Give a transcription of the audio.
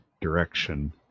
direction